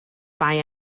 bai